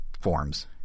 forms